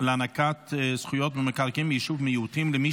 להענקת זכויות במקרקעין ביישוב מיעוטים למי